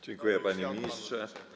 Dziękuję, panie ministrze.